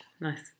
Nice